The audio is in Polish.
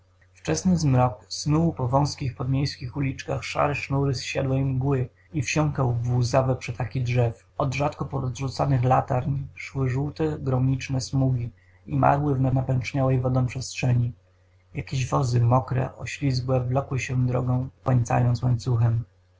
wczesny zmrok snuł po wązkich podmiejskich uliczkach szare sznury zsiadłej mgły i wsiąkał w łzawe przetaki drzew od rzadko porozrzucanych latarń szły żółte gromniczne smugi i marły w napęczniałej wodą przestrzeni jakieś wozy mokre oślizgłe wlokły się drogą kłańcając łańcuchem